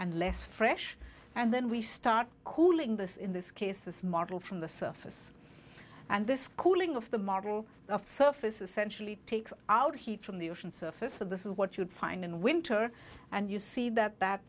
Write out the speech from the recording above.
and less fresh and then we start cooling this in this case this model from the surface and this cooling of the model of the surface essentially takes out heat from the ocean surface of this is what you would find in winter and you see that that